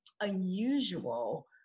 unusual